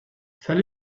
tell